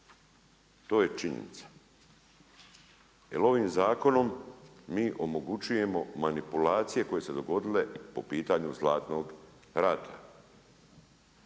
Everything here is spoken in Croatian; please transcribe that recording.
To je činjenica. Jer ovim zakonom mi omogućujemo manipulacije koje su se dogodile po pitanju Zlatnog rata.